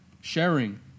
Sharing